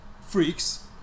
freaks